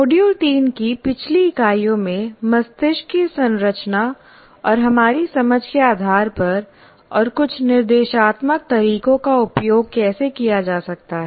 module 3 की पिछली इकाइयों में मस्तिष्क की संरचना और हमारी समझ के आधार पर और कुछ निर्देशात्मक तरीकों का उपयोग कैसे किया जा सकता है